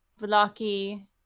Vlaki